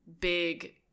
big